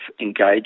engage